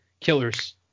killer's